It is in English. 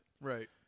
Right